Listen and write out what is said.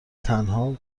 تنها